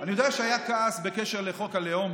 אני יודע שהיה כעס בקשר לחוק הלאום.